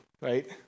right